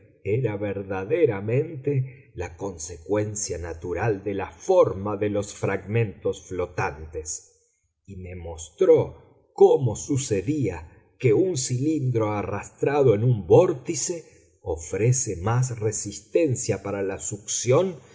era verdaderamente la consecuencia natural de la forma de los fragmentos flotantes y me mostró cómo sucedía que un cilindro arrastrado en un vórtice ofrece más resistencia para la succión